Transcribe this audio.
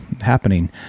happening